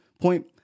point